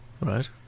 Right